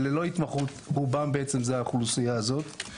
ללא התמחות רובם הם בעצם האוכלוסייה הזאת.